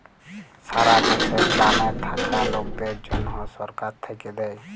সারা দ্যাশে গ্রামে থাক্যা লকদের জনহ সরকার থাক্যে দেয়